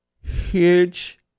huge